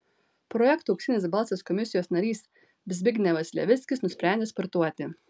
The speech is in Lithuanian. projekto auksinis balsas komisijos narys zbignevas levickis nusprendė sportuoti